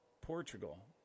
Portugal